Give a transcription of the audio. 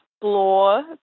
explore